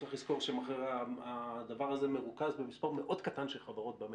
צריך לזכור שהדבר הזה מרוכז במספר מאוד קטן של חברות במשק,